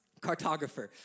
Cartographer